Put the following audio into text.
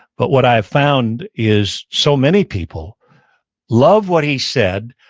but what i found is so many people love what he said,